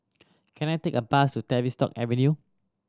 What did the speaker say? can I take a bus to Tavistock Avenue